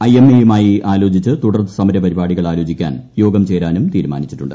I M എയുമായി ആലോചിച്ച് തുടർസമരപരിപാടികൾ ആല്പോചിക്കാൻ യോഗം ചേരാനും തീരുമാനിച്ചിട്ടുണ്ട്